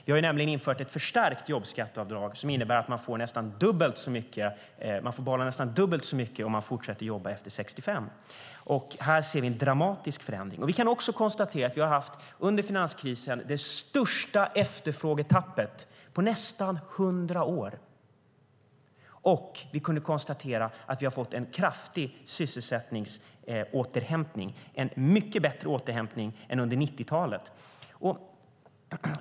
Vi har nämligen infört ett förstärkt jobbskatteavdrag som innebär att man får behålla nästan dubbelt så mycket om man fortsätter jobba efter 65 år. Här ser vi en dramatisk förändring. Vi kan konstatera att vi under finanskrisen har haft det största efterfrågetappet på nästan 100 år. Vi kan även konstatera att vi har fått en kraftig sysselsättningsåterhämtning, en mycket bättre återhämtning än under 90-talet.